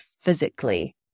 physically